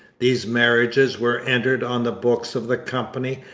these marriages were entered on the books of the company,